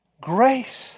grace